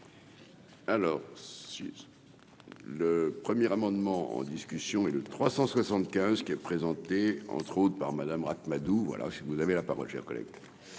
Alors, si le premier amendement en discussion et, le 375 qui est présenté entre autres par Madame Ract-Madoux voilà, si vous avez la parole chers collègues.